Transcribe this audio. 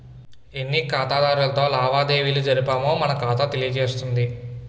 ఎన్ని ఖాతాదారులతో లావాదేవీలు జరిపామో మన ఖాతా తెలియజేస్తుంది